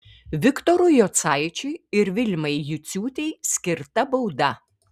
viktorui jocaičiui ir vilmai juciūtei skirta bauda